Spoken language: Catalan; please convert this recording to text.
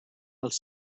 als